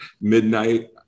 midnight